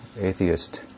atheist